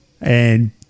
and-